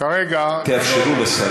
תאפשרו לשר,